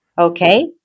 Okay